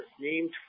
named